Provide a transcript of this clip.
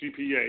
GPA